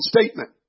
statement